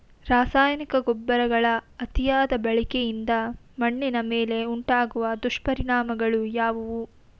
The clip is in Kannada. ರಾಸಾಯನಿಕ ಗೊಬ್ಬರಗಳ ಅತಿಯಾದ ಬಳಕೆಯಿಂದ ಮಣ್ಣಿನ ಮೇಲೆ ಉಂಟಾಗುವ ದುಷ್ಪರಿಣಾಮಗಳು ಯಾವುವು?